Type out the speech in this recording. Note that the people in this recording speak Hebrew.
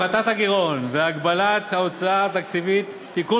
הצעת חוק התוכנית הכלכלית לשנים